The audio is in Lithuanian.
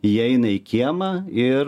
įeina į kiemą ir